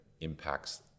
impacts